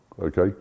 okay